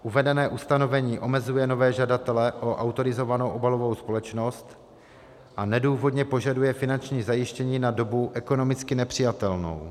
Uvedené ustanovení omezuje nové žadatele o autorizovanou obalovou společnost a nedůvodně požaduje finanční zajištění na dobu ekonomicky nepřijatelnou.